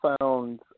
found